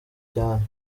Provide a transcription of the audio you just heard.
cyane